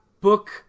Book